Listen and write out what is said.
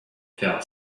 fell